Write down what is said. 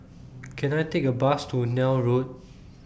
Can I Take A Bus to Neil Road